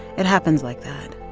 it happens like that.